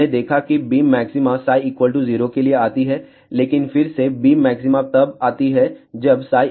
हमने देखा है कि बीम मैक्सिमा 0 के लिए आती है लेकिन फिर से बीम मैक्सिमा तब आती है जब 2π